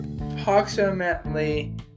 approximately